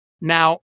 Now